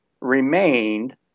remained